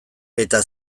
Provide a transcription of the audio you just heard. eta